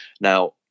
Now